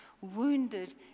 wounded